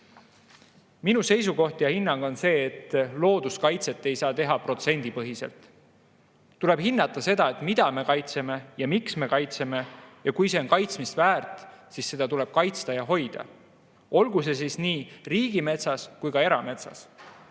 Minu seisukoht ja hinnang on see, et looduskaitset ei saa teha protsendipõhiselt. Tuleb hinnata seda, mida me kaitseme ja miks me kaitseme. Kui [miski] on kaitsmist väärt, siis seda tuleb kaitsta ja hoida, seda nii riigimetsas kui ka erametsas.